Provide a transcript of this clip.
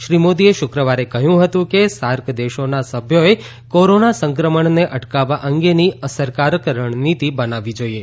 શ્રી મોદીએ શુક્રવારે કહ્યું હતું કે સાર્ક દેશોના સભ્યોએ કોરોના સંક્રમણને અટકાવવા અંગેની અસરકારક રણનીતિ બનાવવી જોઈએ